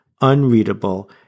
unreadable